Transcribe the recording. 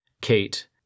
kate